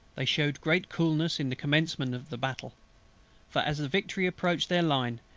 they shewed great coolness in the commencement of the battle for as the victory approached their line,